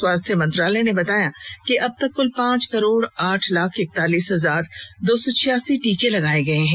स्वास्थ्य मंत्रालय ने बताया कि अब तक क्ल पांच करोड़ आठ लाख एकतालीस हजार दो सौ छियासी टीके लगाए गए हैं